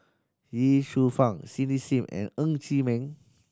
Ye Shufang Cindy Sim and Ng Chee Meng